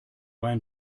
ein